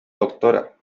doctora